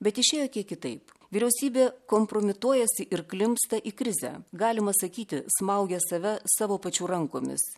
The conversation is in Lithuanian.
bet išėjo kiek kitaip vyriausybė kompromituojasi ir klimpsta į krizę galima sakyti smaugia save savo pačių rankomis